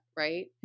Right